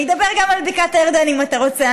אני אדבר גם על בקעת הירדן, אם אתה רוצה.